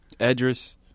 Edris